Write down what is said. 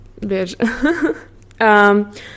bitch